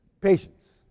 Patience